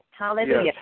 Hallelujah